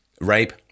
rape